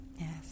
Yes